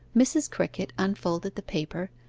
mrs. crickett unfolded the paper,